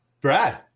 Brad